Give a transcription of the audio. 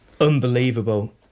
Unbelievable